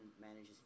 manages